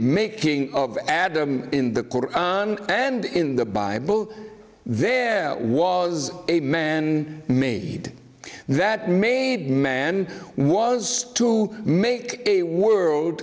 making of adam in the koran and in the bible there was a man made that made man was to make a world